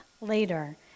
later